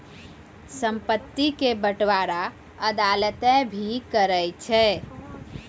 संपत्ति के बंटबारा अदालतें भी करै छै